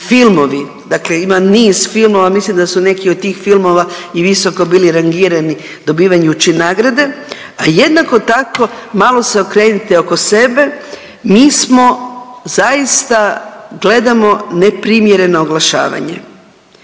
filmovi, dakle ima niz filmova, mislim da su neki od tih filmova i visoko bili rangirani dobivajući nagrade, a jednako tako malo se okrenite oko sebe, mi smo zaista gledamo neprimjereno oglašavanje.